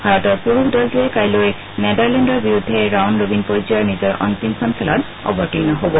ভাৰতৰ পুৰুষ দলটোৱেও কাইলৈ নেডাৰলেণ্ডৰ বিৰুদ্ধে ৰাউণ্ড ৰবীন পৰ্যায়ৰ নিজৰ অন্তিমখন খেলত অৱতীৰ্ণ হ'ব